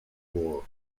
war